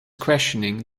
questioning